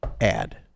Add